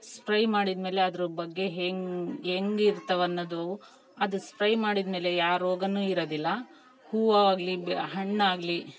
spray ಮಾಡಿದ ಮೇಲೆ ಅದ್ರ ಬಗ್ಗೆ ಹೆಂಗೆ ಹೆಂಗಿರ್ತವ ಅನ್ನೋದು ಅದು ಸ್ಪ್ರೈ ಮಾಡಿದ ಮೇಲೆ ಯಾವ್ ರೋಗ ಇರೋದಿಲ್ಲ ಹೂವಾಗಲಿ ಬ ಹಣ್ಣಾಗಲಿ